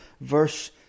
Verse